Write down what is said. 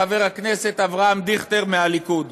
חבר הכנסת אבי דיכטר מהליכוד.